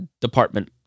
department